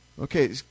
Okay